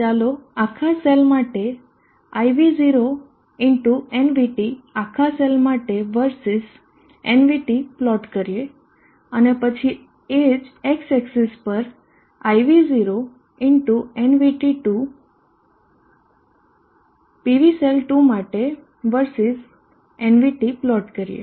ચાલો આખા સેલ માટે i v0 x nvt આખા સેલ માટે verses nvt પ્લોટ કરીએ અને પછી એ જ X એક્સીસ પર i v0 x nvt2 pv cell 2 માટે verses nvt પ્લોટ કરીએ